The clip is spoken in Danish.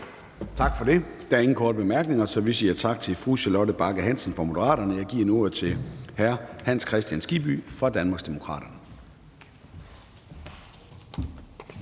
Tak for det. Der er ingen korte bemærkninger, så vi siger tak til fru Charlotte Bagge Hansen fra Moderaterne. Jeg giver nu ordet til hr. Hans Kristian Skibby fra Danmarksdemokraterne.